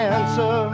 Answer